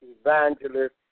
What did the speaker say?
Evangelist